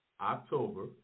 October